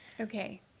okay